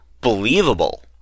believable